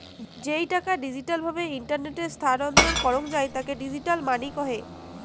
যেই টাকা ডিজিটাল ভাবে ইন্টারনেটে স্থানান্তর করাঙ যাই তাকে ডিজিটাল মানি কহে